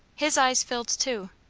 his eyes filled too.